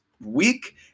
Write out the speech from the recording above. week